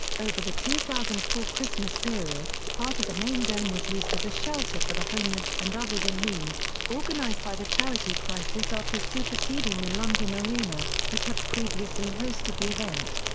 over the two thousand and four christmas period, part of the main dome was used as a shelter for the homeless and others in need, organised by the charity crisis after superseding the london arena, which had previously hosted the event.